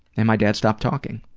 and my dad stopped talking.